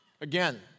Again